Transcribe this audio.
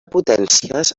potències